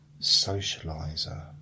socializer